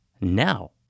Now